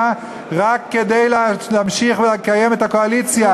רק כדי להמשיך לקיים את הקואליציה.